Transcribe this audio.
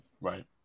Right